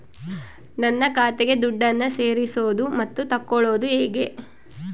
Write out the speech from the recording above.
ನನ್ನ ಖಾತೆಗೆ ದುಡ್ಡನ್ನು ಸೇರಿಸೋದು ಮತ್ತೆ ತಗೊಳ್ಳೋದು ಹೇಗೆ?